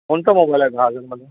कोणता मोबाईल आहे दहा हजारमध्ये